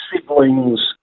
siblings